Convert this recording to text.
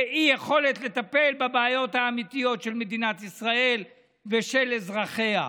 ואי-יכולת לטפל בבעיות האמיתיות של מדינת ישראל ושל אזרחיה.